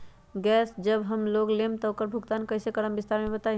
Gas जब हम लोग लेम त उकर भुगतान कइसे करम विस्तार मे बताई?